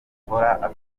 akora